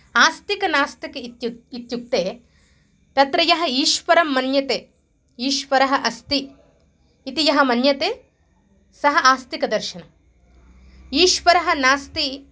आस्तिकनास्तिकौ इति इत्युक्ते तत्र यः ईश्वरं मन्यते ईश्वरः अस्ति इति यः मन्यते सः आस्तिकदर्शनम् ईश्वरः नास्ति